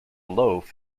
loaf